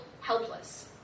helpless